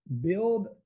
Build